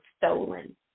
stolen